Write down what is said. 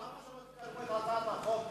למה שלא תקדמו את הצעת חוק פינוי-פיצוי?